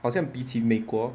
好像比起美国